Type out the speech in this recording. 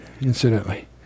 incidentally